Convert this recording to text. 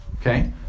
okay